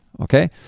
Okay